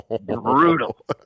brutal